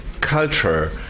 culture